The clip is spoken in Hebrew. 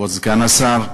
כבוד סגן השר,